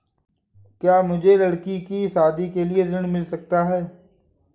क्या मुझे लडकी की शादी के लिए ऋण मिल सकता है?